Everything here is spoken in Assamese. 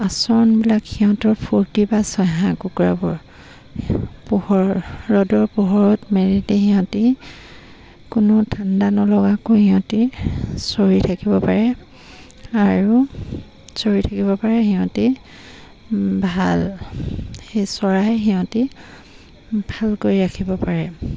আচৰণবিলাক সিহঁতৰ ফূৰ্তি বা ছ হাঁহ কুকুৰাবোৰৰ পোহৰ ৰ'দৰ পোহৰত মেলিতে সিহঁতে কোনো ঠাণ্ডা নলগাকৈ সিহঁতে চৰি থাকিব পাৰে আৰু চৰি থাকিব পাৰে সিহঁতে ভাল সেই চৰাই সিহঁতে ভালকৈ ৰাখিব পাৰে